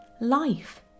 Life